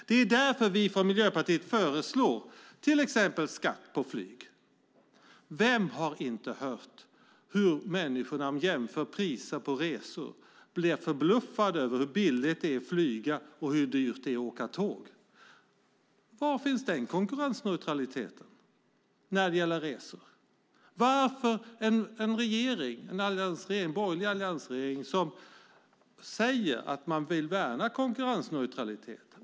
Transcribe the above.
Det är därför Miljöpartiet föreslår till exempel skatt på flyg. Vem har inte hört människor som jämför priser på resor bli förbluffade över hur billigt det är att flyga och hur dyrt det är att åka tåg? Var finns konkurrensneutraliteten när det gäller resor? Den borgerliga alliansregeringen säger sig värna konkurrensneutraliteten.